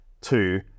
Two